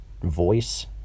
voice